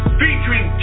featuring